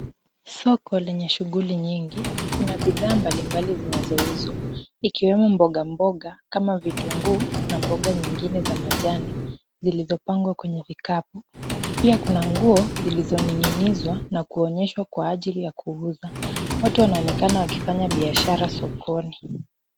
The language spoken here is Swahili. Soko lenye shughuli nyingi. Kuna bidhaa mbali mbali zinazouzwa, ikiwemo mboga mboga kama vitunguu na mboga nyingine za majani zilizopangwa kwenye vikapu. Pia kuna nguo zilizoning'inizwa na kuonyeshwa kwa ajil ya kuuza. Watu wanaonekana wakifanya biashara sokoni.